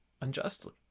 unjustly